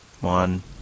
One